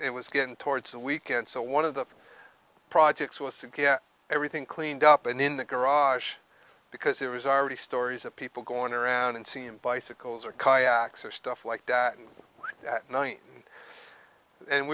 it was getting towards the weekend so one of the projects was to get everything cleaned up in the garage because there was already stories of people going around and seeing bicycles or kayaks or stuff like that and